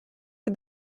for